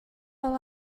will